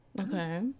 Okay